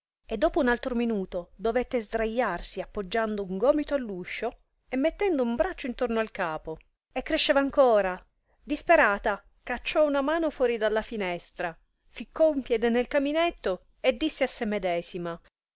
e dopo un altro minuto dovette sdraiarsi appoggiando un gomito all'uscio e mettendo un braccio intorno al capo e cresceva ancora disperata cacciò una mano fuori della finestra ficcò un piede nel caminetto e disse a sè medesima